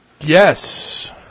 Yes